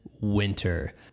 winter